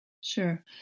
Sure